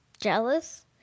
jealous